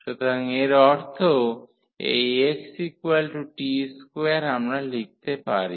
সুতরাং এর অর্থ এই xt2 আমরা লিখতে পারি